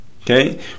Okay